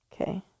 Okay